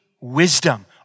wisdom